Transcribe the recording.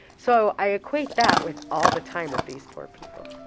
so, i equate that with all the time with these poor people